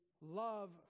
love